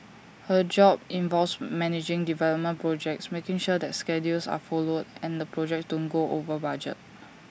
her job involves managing development projects making sure that schedules are followed and the projects don't go over budget